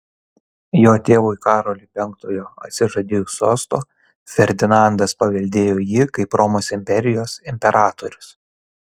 jo tėvui karoliui penktojo atsižadėjus sosto ferdinandas paveldėjo jį kaip romos imperijos imperatorius